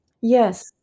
Yes